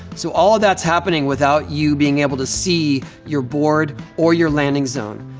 so all of that's happening without you being able to see your board or your landing zone.